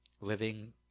living